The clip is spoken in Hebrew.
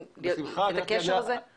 אני כבר מלווה את התהליך הזה יותר משמונה שנים,